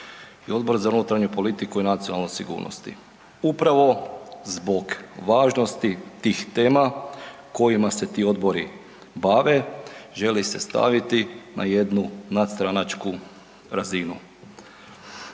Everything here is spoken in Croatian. i Odbor za unutarnju politiku i nacionalnu sigurnost, upravo zbog važnosti tih tema kojima se ti Odbori bave želi se staviti na jednu nadstranačku razinu.